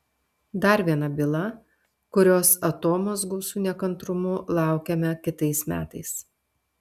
dar viena byla kurios atomazgų su nekantrumu laukiame kitais metais